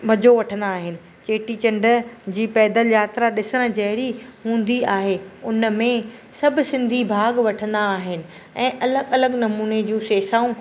मज़ो वठंदा आहिनि चेटीचंड जी पैदल यात्रा ॾिसणु जहिड़ी हूंदी आहे उनमें सभु सिंधी भाॻु वठंदा आहिनि ऐं अलॻि अलॻि नमूने जूं सेसाऊं